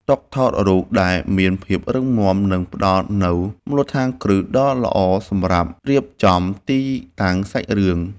តុថតរូបដែលមានភាពរឹងមាំនឹងផ្តល់នូវមូលដ្ឋានគ្រឹះដ៏ល្អសម្រាប់រៀបចំទីតាំងសាច់រឿង។